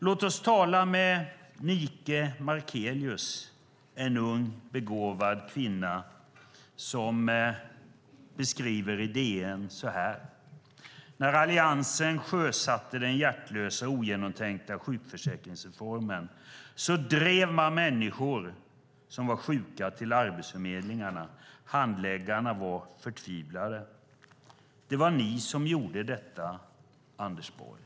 Låt oss lyssna till Nike Markelius, en ung begåvad kvinna, som i DN beskriver det så här: När Alliansen sjösatte den hjärtlösa och ogenomtänkta sjukförsäkringsreformen drev man människor som var sjuka till arbetsförmedlingarna. Handläggarna var förtvivlade. Det var ni som gjorde detta, Anders Borg.